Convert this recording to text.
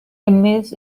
emmys